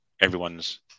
everyone's